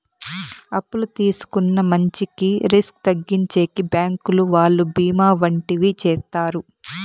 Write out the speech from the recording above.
అప్పు తీసుకున్న మంచికి రిస్క్ తగ్గించేకి బ్యాంకు వాళ్ళు బీమా వంటివి చేత్తారు